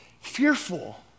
fearful